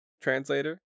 translator